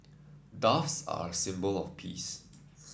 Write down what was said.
doves are a symbol of peace